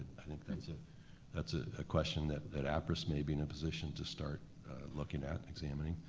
i think that's ah that's ah a question that that appriss may be in a position to start looking at, examining.